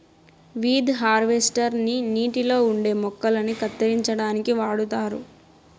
weed harvester ని నీటిలో ఉండే మొక్కలను కత్తిరించడానికి వాడుతారు